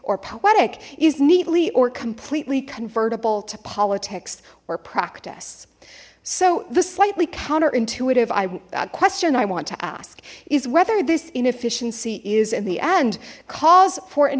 poetic is neatly or completely convertible to politics or practice so the slightly counterintuitive question i want to ask is whether this inefficiency is in the end cause for an